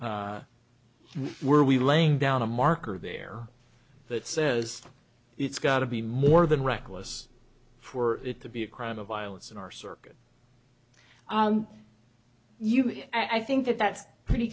were we laying down a marker there that says it's got to be more than reckless for it to be a crime of violence in our circuit you i think that's pretty